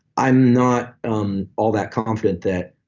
i'm not um all that confident that